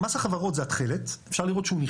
מס החברות זה התכלת,